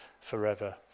forever